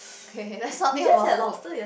K K let's not think about food